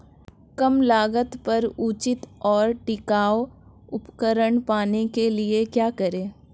कम लागत पर उचित और टिकाऊ उपकरण पाने के लिए क्या करें?